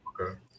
Okay